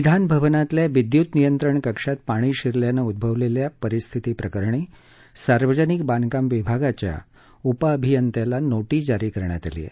विधानभवनातल्या विद्यूत नियंत्रण कक्षात पाणी शिरल्यानं उद्भवलेल्या परिस्थिती प्रकरणी सार्वजनिक बांधकाम विभागाच्या अभियंत्याला नोटीस जारी करण्यात आली आहे